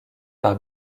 par